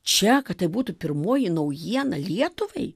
čia kad tai būtų pirmoji naujiena lietuvai